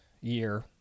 year